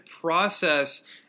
process